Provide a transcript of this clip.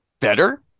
better